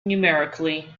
numerically